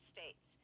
States